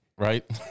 Right